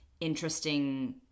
interesting